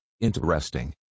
interesting